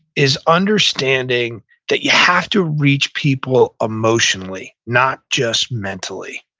is understanding that you have to reach people emotionally, not just mentally,